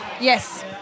Yes